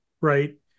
right